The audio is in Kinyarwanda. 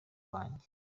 wanjye